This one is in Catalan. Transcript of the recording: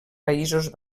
països